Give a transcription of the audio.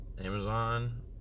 Amazon